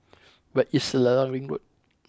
where is Selarang Ring Road